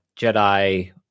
Jedi